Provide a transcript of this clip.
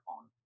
on